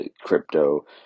crypto